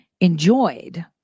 enjoyed